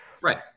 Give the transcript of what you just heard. Right